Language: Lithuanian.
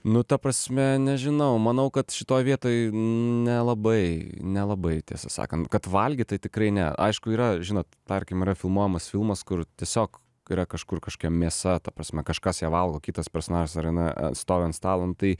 nu ta prasme nežinau manau kad šitoj vietoj nelabai nelabai tiesa sakant kad valgyt tai tikrai ne aišku yra žinot tarkim yra filmuojamas filmas kur tiesiog yra kažkur kažkokia mėsa ta prasme kažkas ją valgo kitas personažas ar jinai stovi ant stalo nu tai